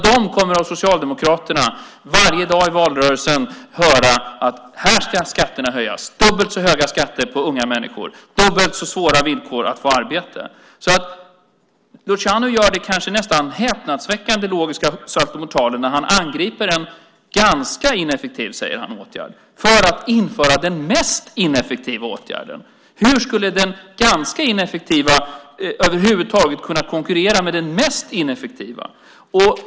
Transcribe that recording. De kommer från Socialdemokraterna varje dag i valrörelsen att få höra att skatterna ska höjas - dubbelt så höga skatter för unga människor, dubbelt så svåra villkor att få arbeta. Luciano gör den nästan häpnadsväckande logiska saltomortalen när han angriper en ganska ineffektiv åtgärd, säger han, för att införa den mest ineffektiva åtgärden. Hur skulle den ganska ineffektiva över huvud taget kunna konkurrera med den mest ineffektiva?